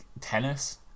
tennis